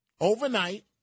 overnight